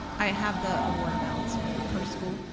i have the award amounts per school.